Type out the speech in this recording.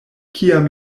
kiam